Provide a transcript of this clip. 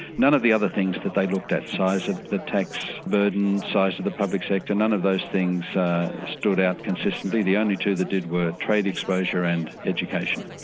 none of the other things that they looked at, size of the tax burden, size of the public sector, none of those things stood out consistently. the only two that did were trade exposure and education.